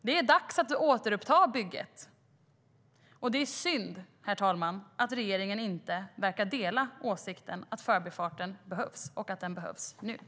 Det är dags att återuppta bygget.